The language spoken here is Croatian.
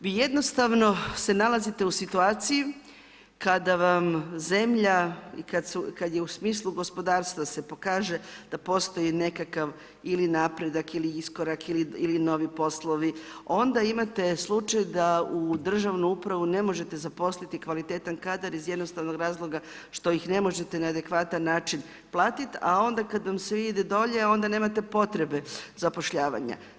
Vi jednostavno se nalazite u situaciji, kada vam zemlja i kada je u smislu gospodarstva se pokaže da postoji nekakav ili napredak ili iskorak ili novi poslovi, onda imate slučaj da u državnu upravu ne možete zaposliti kvalitetan kadara iz jednostavnog razloga, što ih ne možete na adekvatan način platiti, a onda kada sve ide dolje onda nemate potrebe zapošljavanja.